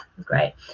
great